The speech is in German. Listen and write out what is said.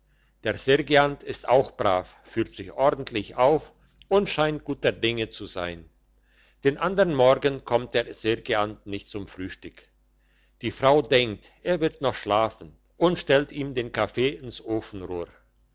der sergeant ist auch brav führt sich ordentlich auf und scheint guter dinge zu sein den andern morgen kommt der sergeant nicht zum frühstück die frau denkt er wird noch schlafen und stellt ihm den kaffee ins